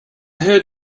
heard